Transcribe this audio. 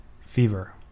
fever